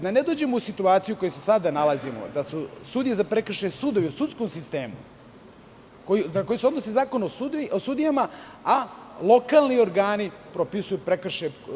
Da ne bi došli u situaciju u kojoj se sada nalazimo, da su sudije za prekršaje sudovi u sudskom sistemu koji se odnose na Zakon o sudijama, a lokalni organi propisuju prekršaje.